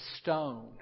stone